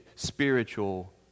Spiritual